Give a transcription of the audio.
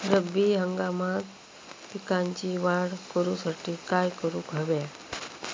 रब्बी हंगामात पिकांची वाढ करूसाठी काय करून हव्या?